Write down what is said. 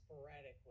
sporadically